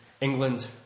England